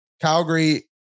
Calgary